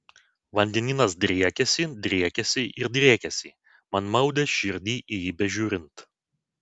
vandenynas driekėsi driekėsi ir driekėsi man maudė širdį į jį bežiūrint